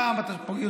פעם אתה יוצא,